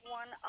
one